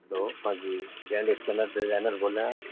hello ہاں جی زینڈ اسکینر سے ڈیزائنر بول رہے ہیں آپ